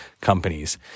companies